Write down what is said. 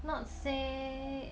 not say